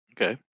Okay